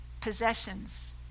possessions